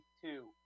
two